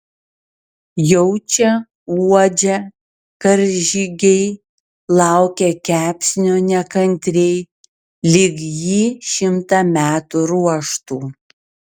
jaučia uodžia karžygiai laukia kepsnio nekantriai lyg jį šimtą metų ruoštų